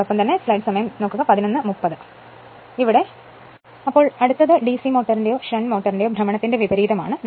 അടുത്തത് ഡിസി മോട്ടോറിന്റെയോ ഷണ്ട് മോട്ടോറിന്റെയോ ഭ്രമണത്തിന്റെ വിപരീതമാണ്